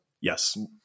yes